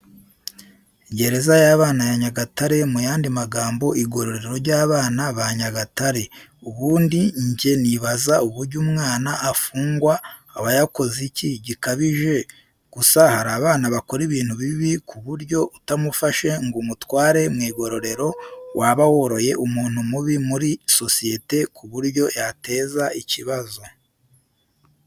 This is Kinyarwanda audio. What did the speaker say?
Gereza y'abana ya Nyagatare muyandi magambo igororero ry'abana ba Nyagatare ubundi njya nibaza uburyo umwana afungwa abayakoze iki gikabije gusa harabana bakora ibintu bibi kuburyo utamufashe ngo umutware mwigororero waba woroye umuntu mubi muri sosiyete kuburyo yateza ikibazo.